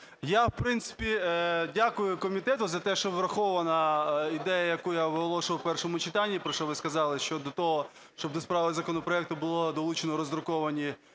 Я, в принципі, дякую комітету за те, що врахована ідея, яку я оголошував в першому читанні, про що ви сказали, щодо того, щоб до справи законопроекту було долучено роздруковані